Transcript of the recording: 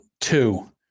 Two